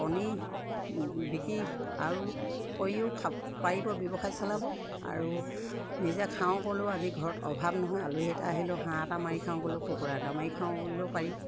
কণী বিকি আৰু কৰিও খাব পাৰিব ব্যৱসায় চলাব আৰু নিজে খাওঁ ক'লেও আজি ঘৰত অভাৱ নহয় আলহী এটা আহিলেও হাঁহ এটা মাৰি খাওঁ ক'লেও কুকুৰা এটা মাৰি খাওঁ ক'লেও পাৰি